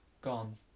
gone